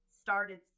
started